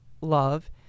love